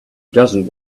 doesn’t